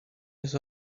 his